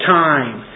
time